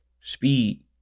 Speed